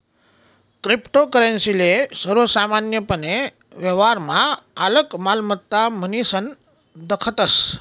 cryptocurrency ले सर्वसामान्यपने व्यवहारमा आलक मालमत्ता म्हनीसन दखतस